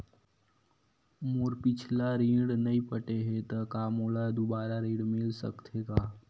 मोर पिछला ऋण नइ पटे हे त का मोला दुबारा ऋण मिल सकथे का?